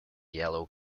yellow